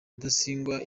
rudasingwa